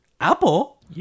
Apple